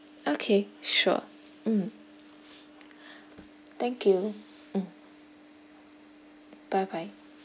okay sure um thank you mm bye bye